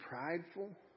prideful